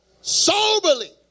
Soberly